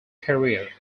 career